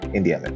India